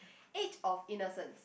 age of innocence